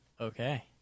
Okay